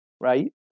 Right